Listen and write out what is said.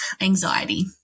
anxiety